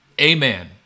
Amen